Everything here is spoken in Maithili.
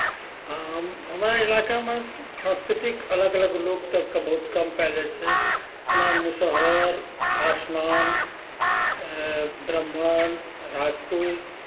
हम हमरा इलाकामे सांस्कृतिक अलग अलग लोक तऽ बहुत कम पायल जाइत छै ओना मुसहर पासवान ब्राह्मण राजपूत